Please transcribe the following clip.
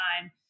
time